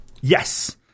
yes